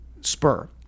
Spur